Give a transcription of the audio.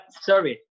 Sorry